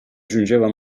giungeva